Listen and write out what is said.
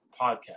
podcast